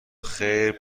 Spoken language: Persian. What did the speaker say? خیر